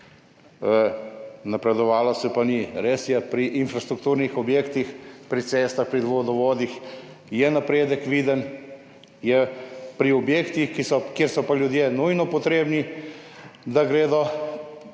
napredovalo se pa ni. Res je, pri infrastrukturnih objektih, pri cestah, pri vodovodih je napredek viden, pri objektih, kjer so pa ljudje nujno potrebni, da gredo